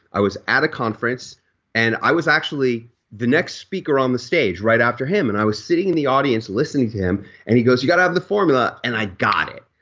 i was at a conference and i was actually the next speaker on the stage right after him. and i was sitting in the audience listening to him and he goes, you got to have the formula and i got it.